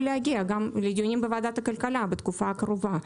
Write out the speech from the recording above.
להגיע לדיונים בוועדת הכלכלה בתקופה הקרובה.